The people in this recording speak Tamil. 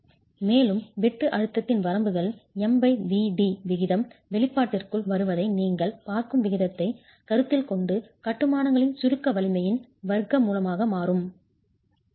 மேலும் வெட்டு அழுத்தத்தின் வரம்புகள் MVd விகிதம் வெளிப்பாட்டிற்குள் வருவதை நீங்கள் பார்க்கும் விகிதத்தைக் கருத்தில் கொண்டு கட்டுமானங்களின் சுருக்க வலிமையின் வர்க்க மூலமாக மாறுபடும்